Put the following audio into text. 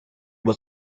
was